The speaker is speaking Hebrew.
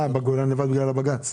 בגולן לבד בגלל הבג"ץ.